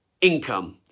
income